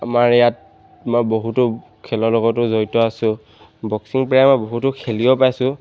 আমাৰ ইয়াত মই বহুতো খেলৰ লগতো জড়িত আছোঁ বক্সিং প্ৰায় মই বহুতো খেলিও পাইছোঁ